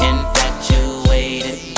Infatuated